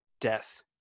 death